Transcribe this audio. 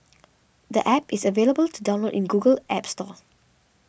the App is available to download in Google's App Store